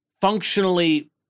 functionally